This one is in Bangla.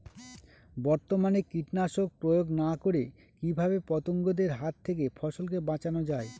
বর্তমানে কীটনাশক প্রয়োগ না করে কিভাবে পতঙ্গদের হাত থেকে ফসলকে বাঁচানো যায়?